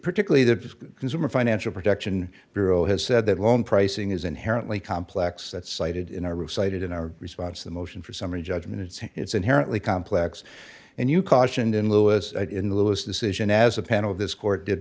particularly the consumer financial protection bureau has said that loan pricing is inherently complex that's cited in our room cited in our response to the motion for summary judgment and so it's inherently complex and you cautioned in lewis in the lewis decision as a panel of this court did